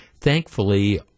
thankfully